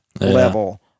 level